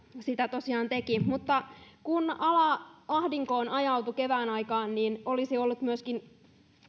sitä tosiaan teki mutta kun ala ahdinkoon ajautui kevään aikaan niin olisi ollut myöskin